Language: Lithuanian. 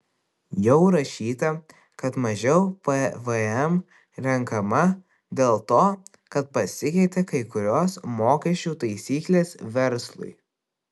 jau rašyta kad mažiau pvm renkama dėl to kad pasikeitė kai kurios mokesčių taisyklės verslui